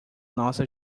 nossa